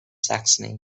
saxony